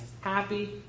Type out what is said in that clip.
happy